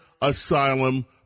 asylum